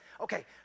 Okay